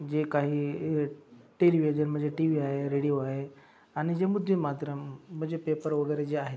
जे काही टेलीविजन म्हणजे टी व्ही आहे रेडियो आहे आणि जे मुद्रित माध्यम म्हणजे पेपर वगैरे जे आहेत